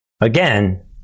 Again